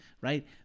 right